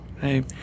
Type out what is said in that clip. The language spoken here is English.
Hey